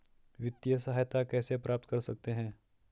वित्तिय सहायता कैसे प्राप्त कर सकते हैं?